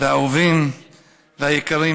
והאהובים והיקרים,